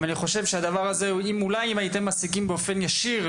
אני חושב שאם הייתם מעסיקים באופן ישיר,